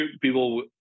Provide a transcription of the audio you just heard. people